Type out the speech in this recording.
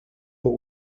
but